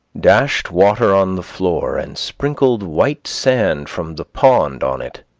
dashed water on the floor, and sprinkled white sand from the pond on it,